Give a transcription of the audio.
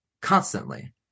constantly